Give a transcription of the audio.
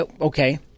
Okay